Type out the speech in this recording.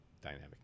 dynamic